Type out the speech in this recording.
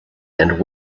and